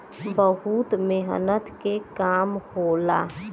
बहुत मेहनत के काम होला